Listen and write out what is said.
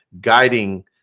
guiding